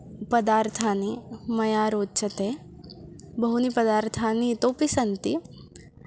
पदार्थानि मया रोचन्ते बहूनि पदार्थानि इतोपि सन्ति